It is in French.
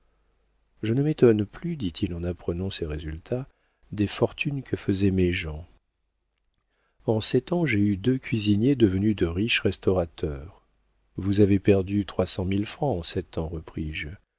je ne m'étonne plus dit-il en apprenant ces résultats des fortunes que faisaient mes gens en sept ans j'ai eu deux cuisiniers devenus de riches restaurateurs vous avez perdu trois cent mille francs en sept ans repris-je